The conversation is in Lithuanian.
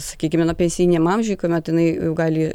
sakykime nuo pensiniam amžiui kuomet jinai jau gali